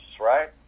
right